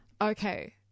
okay